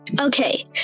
Okay